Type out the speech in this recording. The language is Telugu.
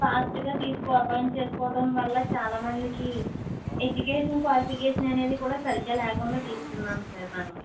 ఫాస్ట్గా తీసుకో అపాయింట్ చేసుకోవడం వల్ల చాలా మందికి ఎడ్యుకేషన్ క్వాలిఫికేషన్ అనేది కూడా సరిగ్గా లేకుండా తీసుకున్నాం సార్ మేము